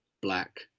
black